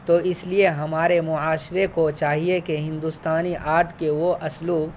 تو اس لیے ہمارے معاشرے کو چاہیے کہ ہندوستانی آرٹ کے وہ اسلوب